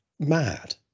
mad